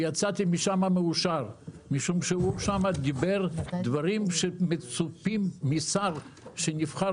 יצאתי משם מאושר כי הוא דיבר שם דברים שמצופים משר שנבחר